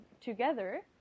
together